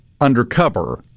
undercover